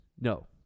No